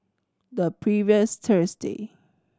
the previous Thursday